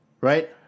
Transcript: right